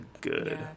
good